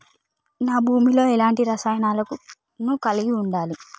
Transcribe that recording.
నా భూమి లో ఎలాంటి రసాయనాలను కలిగి ఉండాలి?